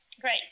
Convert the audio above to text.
great